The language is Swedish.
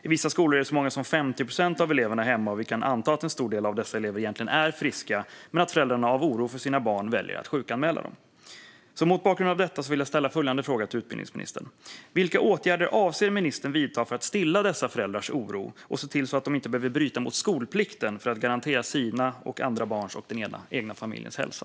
I vissa skolor är så många som 50 procent av eleverna hemma. Vi kan anta en stor del av dessa elever egentligen är friska men att föräldrarna av oro för sina barn väljer att sjukanmäla dem. Mot bakgrund av detta vill jag ställa följande fråga till utbildningsministern: Vilka åtgärder avser ministern att vidta för att stilla dessa föräldrars oro och se till att de inte behöver bryta mot skolplikten för att garantera sina och andra barns och den egna familjens hälsa?